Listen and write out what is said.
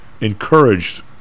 encouraged